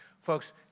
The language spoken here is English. Folks